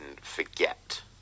forget